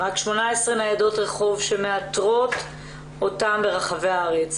רק 18 ניידות רחוב יש שמאתרות אותם ברחבי הארץ.